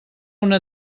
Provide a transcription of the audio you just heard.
una